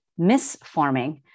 misforming